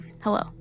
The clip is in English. Hello